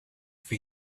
for